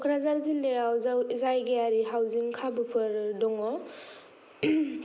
क'क्राझार जिल्लायाव जायगायरि हाउजिं खाबुफोर दं